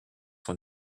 when